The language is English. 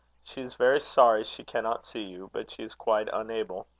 she is very sorry she cannot see you, but she is quite unable.